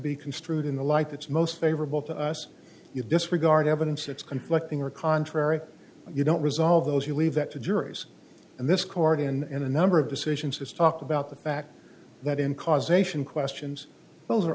be construed in the light that's most favorable to us you disregard evidence it's conflicting or contrary you don't resolve those you leave that to juries and this court in in a number of decisions has talked about the fact that in causation questions those are